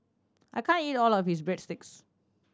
I can't eat all of this Breadsticks